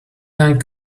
man